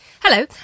Hello